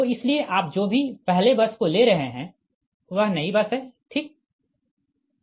तो इसलिए आप जो भी पहले बस को ले रहे है वह नई बस है ठीक है